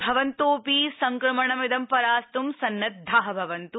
भवन्तोऽपि संक्रमणं इद परास्त् सन्नद्वाः भवन्त्